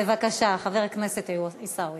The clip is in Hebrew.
בבקשה, חבר הכנסת עיסאווי.